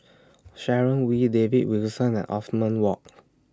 Sharon Wee David Wilson and Othman Wok